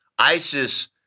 ISIS